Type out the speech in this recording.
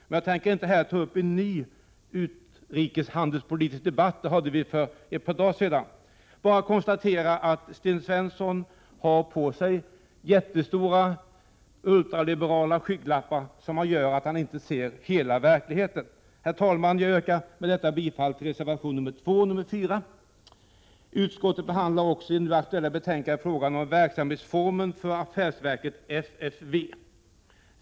Men jag tänker inte här ta upp en ny utrikeshandelspolitisk debatt — en sådan hade vi ju för ett par dagar sedan — utan jag konstaterar bara att Sten Svensson har på sig jättestora, ultraliberala skygglappar som gör att han inte ser hela verkligheten. Herr talman! Med detta yrkar jag bifall till reservationerna 2 och 4. I det nu aktuella betänkandet behandlar utskottet också frågan om verksamhetsformen för affärsverket FFV.